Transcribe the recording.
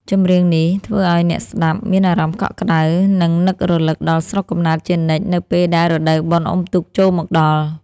ចម្រៀងនេះ ធ្វើឱ្យអ្នកស្ដាប់មានអារម្មណ៍កក់ក្តៅ និងនឹករលឹកដល់ស្រុកកំណើតជានិច្ចនៅពេលដែលរដូវបុណ្យអុំទូកចូលមកដល់។